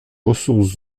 ressources